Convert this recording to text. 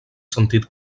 sentit